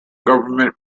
government